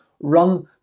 run